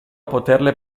poterle